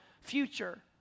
future